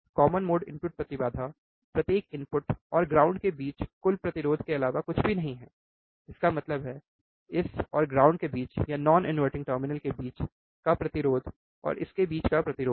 common mode input प्रतिबाधा प्रत्येक input और ग्राउंड के बीच कुल प्रतिरोध के अलावा कुछ भी नहीं है इसका मतलब है इस और ग्राउंड के बीच या नॉन इनवर्टिंग टर्मिनल के बीच का प्रतिरोध और इसके बीच का प्रतिरोध